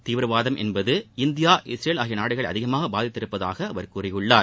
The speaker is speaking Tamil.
தீவிரவாதம் என்பது இந்தியா இஸ்ரேல் ஆகிய நாடுகளை அதிகமாக பாதித்துள்ளதாக அவர் கூறினார்